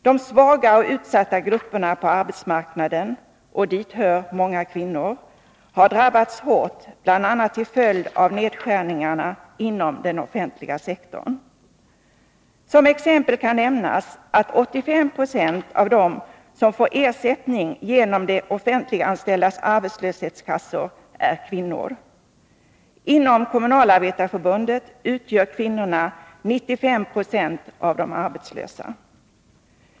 De svaga och utsatta grupperna på arbetsmarknaden — dit hör många kvinnor — har drabbats hårt bl.a. till följd av nedskärningarna inom den offentliga sektorn. Som exempel kan nämnas Nr 26 att 85 70 av dem som får ersättning genom de offentliganställdas arbetslös Måndagen den hetskassor är kvinnor. Inom Kommunalarbetareförbundet utgör kvinnorna 15 november 1982 95 Jo av de arbetslösa.